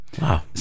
Wow